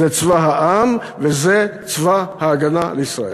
זה צבא העם וזה צבא ההגנה לישראל,